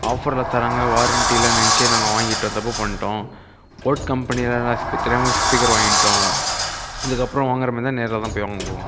ஆஃபரில் தராங்க வாரண்ட்டி இல்லைன்னு நினச்சி நாங்கள் வாங்கிட்டோம் தப்பு பண்ணிட்டோம் போட் கம்பெனியில் தெரியாமல் ஸ்பீக்கர் வாங்கிட்டோம் இதுக்கு அப்புறம் வாங்கற மாதிரி இருந்தால் நேராகதான் போய் வாங்குவோம்